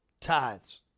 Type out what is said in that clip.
Tithes